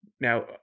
Now